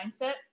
mindset